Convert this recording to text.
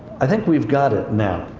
i think we've got it now.